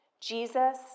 Jesus